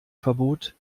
verbot